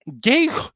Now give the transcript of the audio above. gay